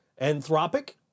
Anthropic